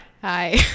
Hi